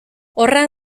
horra